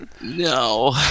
No